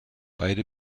beide